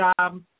job